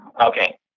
Okay